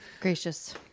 Gracious